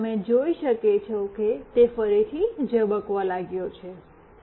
અને તમે જોઈ શકો છો કે તે ફરીથી ઝબકવા લાગ્યો છે